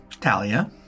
Talia